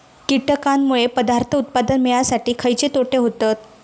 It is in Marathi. कीटकांनमुळे पदार्थ उत्पादन मिळासाठी खयचे तोटे होतत?